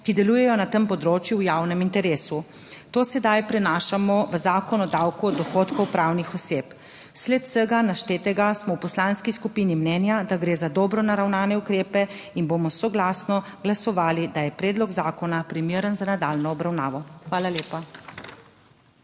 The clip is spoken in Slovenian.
ki delujejo na tem področju v javnem interesu. To sedaj prenašamo v Zakon o davku od dohodkov pravnih oseb. V sled vsega naštetega smo v poslanski skupini mnenja, da gre za dobro naravnane ukrepe in bomo soglasno glasovali, da je predlog zakona primeren za nadaljnjo obravnavo. Hvala lepa.